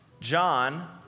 John